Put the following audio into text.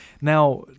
Now